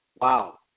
Wow